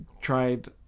tried